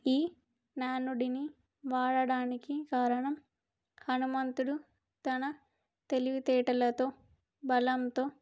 ఈ నానుడిని వాడడానికి కారణం హనుమంతుడు తన తెలివితేేటలతో బలంతో